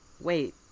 wait